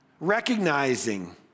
Recognizing